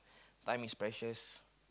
time is precious